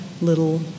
little